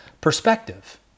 perspective